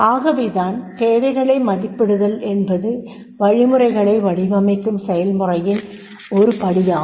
ஆகவே தான் தேவைகளை மதிப்பிடுதல் என்பது வழிமுறைகளை வடிவமைக்கும் செயல்முறையின் ஒரு படியாகும்